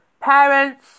parents